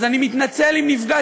אז אני מתנצל אם נפגעת.